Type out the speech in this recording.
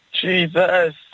Jesus